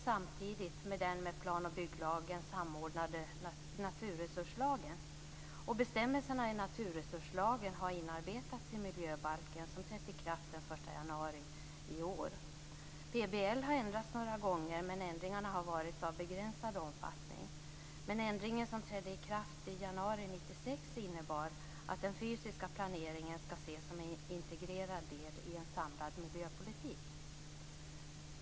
samtidigt med den med plan och bygglagen samordnade naturresurslagen. Bestämmelserna i naturresurslagen har inarbetats i miljöbalken, som trädde i kraft den 1 januari i år. PBL har ändrats några gånger, men ändringarna har varit av begränsad omfattning. Ändringen som trädde i kraft i januari 1996 innebar att den fysiska planeringen skall ses som en integrerad del i en samlad miljöpolitik.